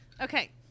Okay